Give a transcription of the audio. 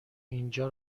اینجا